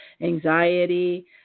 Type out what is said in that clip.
anxiety